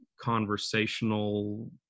conversational